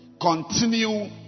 Continue